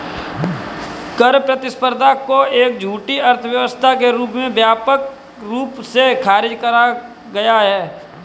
कर प्रतिस्पर्धा को एक झूठी अर्थव्यवस्था के रूप में व्यापक रूप से खारिज करा गया है